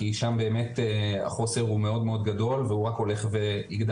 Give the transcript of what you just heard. כי שם באמת החוסר הוא מאוד מאוד גדול והוא רק הולך וגדל.